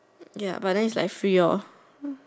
ya but then it's like free lor